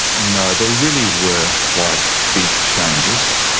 no, they really were quite big changes,